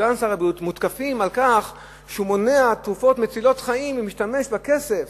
מותקף על כך שהוא מונע תרופות מצילות חיים ומשתמש בכסף